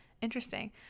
interesting